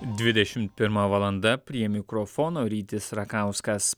dvidešimt pirma valanda prie mikrofono rytis rakauskas